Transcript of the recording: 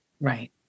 right